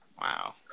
Wow